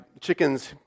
chickens